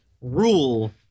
rule